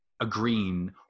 agreeing